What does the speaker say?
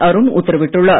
அருண் உத்தரவிட்டுள்ளார்